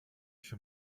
się